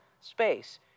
space